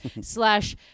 slash